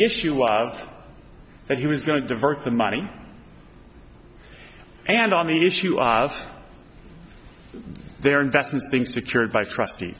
issue of that he was going to divert the money and on the issue of their investments being secured by trust